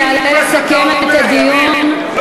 לא מאמין למה שאתה אומר, לוין.